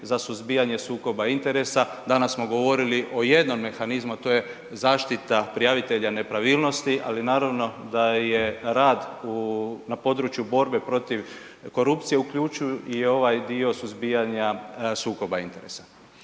za suzbijanje sukoba interesa, danas smo govorili o jednom mehanizmu, a to je zaštita prijavitelja nepravilnosti, ali naravno da je rad u, na području borbe protiv korupcije uključuju i ovaj dio suzbijanja sukoba interesa.